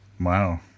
Wow